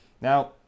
Now